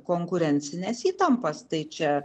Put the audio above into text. konkurencines įtampas tai čia